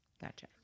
Gotcha